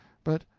but